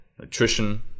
nutrition